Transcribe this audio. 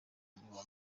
igihombo